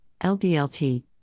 LDLT